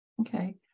Okay